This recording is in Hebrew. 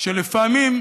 ולכן,